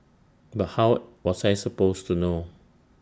but how was I supposed to know